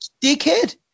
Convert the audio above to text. dickhead